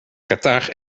qatar